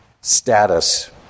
status